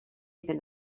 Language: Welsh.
iddyn